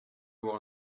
avoir